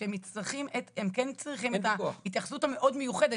שהם כן צריכים את ההתייחסות המאוד מיוחדת.